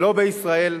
לא בישראל.